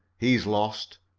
he's lost,